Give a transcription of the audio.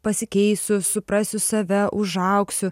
pasikeisiu suprasiu save užaugsiu